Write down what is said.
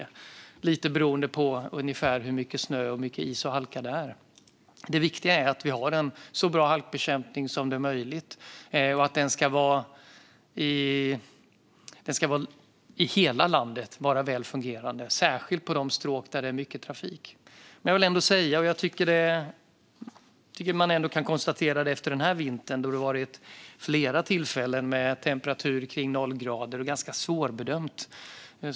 Det är lite beroende på hur mycket snö, is och halka det är. Det viktiga är att vi har en så bra halkbekämpning som möjligt. Den ska vara väl fungerande i hela landet och särskilt på de stråk där det är mycket trafik. Den här vintern har det varit flera tillfällen med temperaturer kring 0 grader och ganska svårbedömt.